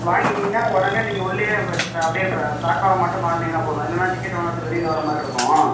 வாங்கிட்டிங்கன்னா உடனே நீங்கள் உள்ளேயே அப்படியே ப்ளாட்ஃபார்ம் மட்டும் மாறுனிங்கன்னா போதும் இல்லைன்னா டிக்கெட் வாங்குறதுக்கு வெளியில் வர்ற மாதிரி இருக்கும்